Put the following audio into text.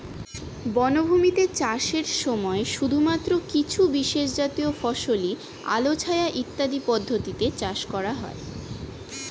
বনভূমিতে চাষের সময় শুধুমাত্র কিছু বিশেষজাতীয় ফসলই আলো ছায়া ইত্যাদি পদ্ধতিতে চাষ করা হয়